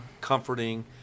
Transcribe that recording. comforting